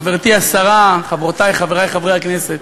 גברתי השרה, חברותי וחברי חברי הכנסת,